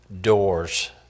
doors